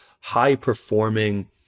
high-performing